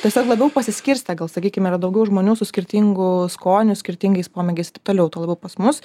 tiesiog labiau pasiskirstę gal sakykime yra daugiau žmonių su skirtingų skonių skirtingais pomėgiais taip toliau tuo labiau pas mus